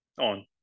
on